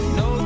no